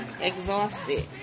exhausted